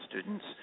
students